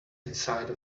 inside